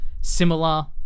similar